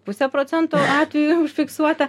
pusė procento atvejų užfiksuota